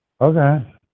okay